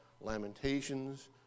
Lamentations